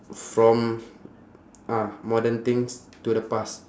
from ah modern things to the past